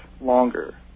longer